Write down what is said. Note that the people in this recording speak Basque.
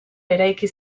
eraiki